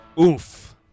Oof